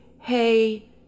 hey